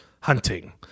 hunting